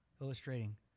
illustrating